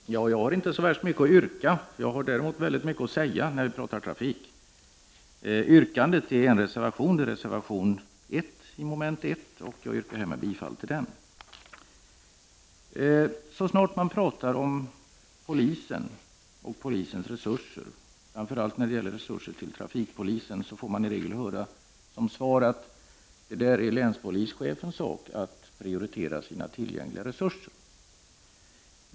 Herr talman! Jag har inte så värst mycket att yrka. Däremot har jag väldigt mycket att säga, när vi nu talar trafik. Mitt yrkande är bifall till reservation 1 under mom. 1. Så snart man talar om polisen och polisens resurser, framför allt när det gäller resurser till trafikpolisen, får man i regel höra som svar: Det är länspolischefens sak att prioritera sina tillgängliga resurser.